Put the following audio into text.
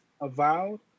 avowed